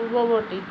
পূৰ্ৱবৰ্তী